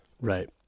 Right